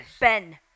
Ben